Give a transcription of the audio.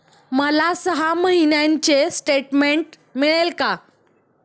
मला सहा महिन्यांचे स्टेटमेंट मिळेल का?